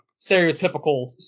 stereotypical